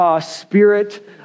spirit